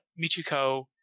Michiko